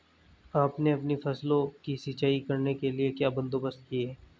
आपने अपनी फसलों की सिंचाई करने के लिए क्या बंदोबस्त किए है